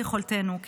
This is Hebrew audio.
ככל יכולתנו,